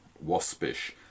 waspish